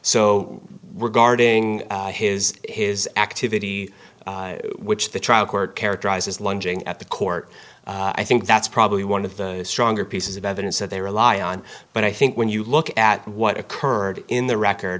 we're guarding his his activity which the trial court characterizes lunging at the court i think that's probably one of the stronger pieces of evidence that they rely on but i think when you look at what occurred in the record